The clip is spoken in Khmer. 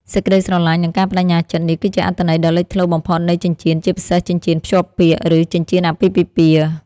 សេចក្ដីស្រឡាញ់ និងការប្តេជ្ញាចិត្ត នេះគឺជាអត្ថន័យដ៏លេចធ្លោបំផុតនៃចិញ្ចៀន ជាពិសេស ចិញ្ចៀនភ្ជាប់ពាក្យ ឬចិញ្ចៀនអាពាហ៍ពិពាហ៍។